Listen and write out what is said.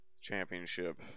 championship